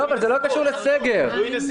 זה תלוי בנסיבות.